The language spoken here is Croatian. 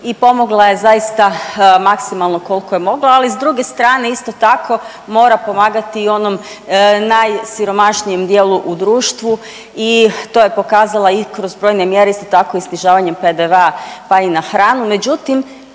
i pomogla je zaista maksimalno koliko je mogla, ali s druge strane isto tako mora pomagati i onom najsiromašnijem dijelu u društvu i to je pokazala i kroz brojne mjere, isto tako i snižavanjem PDV-a, pa i na hranu,